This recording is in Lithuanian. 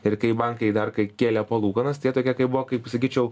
ir kai bankai dar kai kėlė palūkanas tai jie tokie kaip buvo kaip sakyčiau